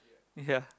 ya